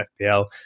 FPL